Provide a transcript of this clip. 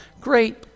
great